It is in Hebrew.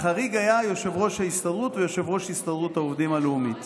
החריג היה יושב-ראש ההסתדרות ויושב-ראש הסתדרות העובדים הלאומית.